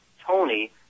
Tony